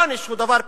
עונש הוא דבר פלילי.